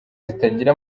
zitagira